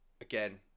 Again